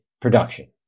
production